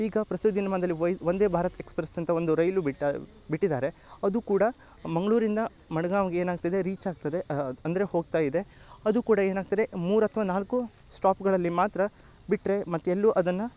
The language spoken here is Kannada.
ಈಗ ಪ್ರಸ್ತುತ ದಿನ್ಮಾನದಲ್ಲಿ ಒಯ್ ವಂದೇ ಭಾರತ್ ಎಕ್ಸ್ಪ್ರೆಸ್ ಅಂತ ಒಂದು ರೈಲು ಬಿಟ್ಟ ಬಿಟ್ಟಿದಾರೆ ಅದು ಕೂಡ ಮಂಗಳೂರಿಂದ ಮಣ್ಗಾವ್ಗ ಏನಾಗ್ತದೆ ರೀಚ್ ಆಗ್ತದೆ ಅಂದರೆ ಹೋಗ್ತಾಯಿದೆ ಅದು ಕೂಡ ಏನಾಗ್ತದೆ ಮೂರು ಅಥ್ವ ನಾಲ್ಕು ಸ್ಟಾಪ್ಗಳಲ್ಲಿ ಮಾತ್ರ ಬಿಟ್ಟರೆ ಮತ್ತೆ ಎಲ್ಲು ಅದನ್ನ